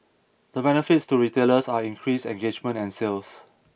the benefits to retailers are increased engagement and sales